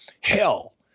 hell